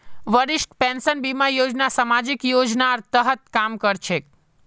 वरिष्ठ पेंशन बीमा योजना सामाजिक योजनार तहत काम कर छेक